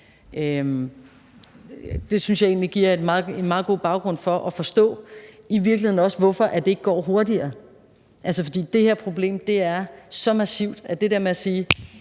Det synes jeg egentlig giver en meget god baggrund for at forstå, hvorfor det i virkeligheden ikke går hurtigere, for det her problem er så massivt, at det der med et